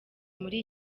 muri